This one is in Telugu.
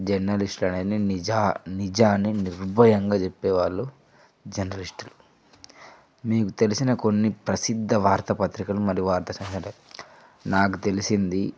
జర్నలిస్ట్ అనేది నిజా నిజాన్ని నిర్భయంగా చెప్పేవాళ్లు జర్నలిస్ట్ మీకు తెలిసిన కొన్ని ప్రసిద్ధ వార్త పత్రికలు మరియు వార్త నాకు తెలిసింది